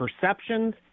perceptions